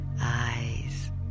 eyes